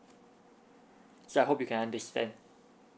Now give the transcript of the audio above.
so I hope you can understand